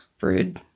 rude